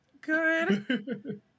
Good